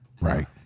Right